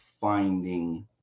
finding